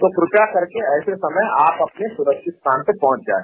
तो कृपया करके ऐसे समय आप अपने सुरक्षित स्थान पर पहुंच जाये